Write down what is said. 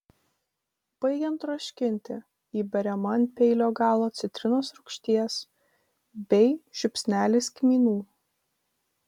baigiant troškinti įberiama ant peilio galo citrinos rūgšties bei žiupsnelis kmynų